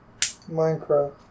Minecraft